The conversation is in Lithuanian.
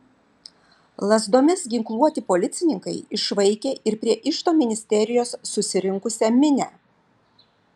lazdomis ginkluoti policininkai išvaikė ir prie iždo ministerijos susirinksią minią